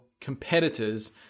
competitor's